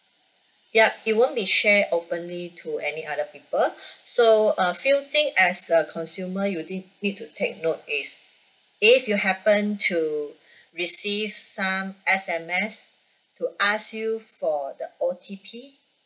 yup it won't be share openly to any other people so a few thing as a consumer you did need to take note is if you happen to receive some S_M_S to ask you for the O_T_P